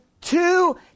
two